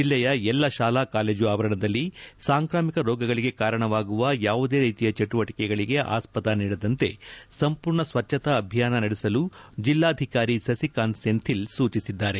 ಜಿಲ್ಲೆಯ ಎಲ್ಲಾ ಶಾಲಾ ಕಾಲೇಜು ಆವರಣದಲ್ಲಿ ಸಾಂಕ್ರಾಮಿಕ ರೋಗಗಳಿಗೆ ಕಾರಣವಾಗುವ ಯಾವುದೇ ರೀತಿಯ ಚಟುವಟಕೆಗಳಿಗೆ ಆಸ್ವದ ನೀಡದಂತೆ ಸಂಪೂರ್ಣ ಸ್ವಚ್ವತಾ ಅಭಿಯಾನ ನಡೆಸಲು ಜಿಲ್ಲಾಧಿಕಾರಿ ಸಸಿಕಾಂತ್ ಸೆಂಥಿಲ್ ಸೂಚಿಸಿದ್ದಾರೆ